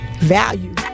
value